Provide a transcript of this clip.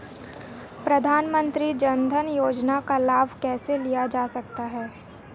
प्रधानमंत्री जनधन योजना का लाभ कैसे लिया जा सकता है?